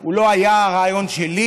הוא לא היה הרעיון שלי,